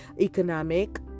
economic